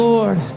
Lord